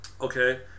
okay